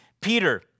Peter